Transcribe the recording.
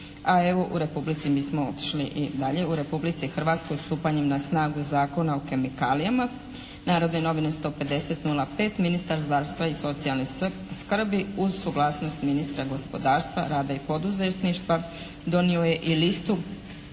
a evo u Republici mi smo otišli i dalje. U Republici Hrvatskoj stupanjem na snagu Zakona o kemikalijama, Narodne novine 150/05, ministar zdravstva i socijalne skrbi uz suglasnost ministra gospodarstva, rada i poduzetništva donio je i listu